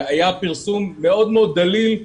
היה פרסום מאוד מאוד דליל.